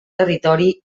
territori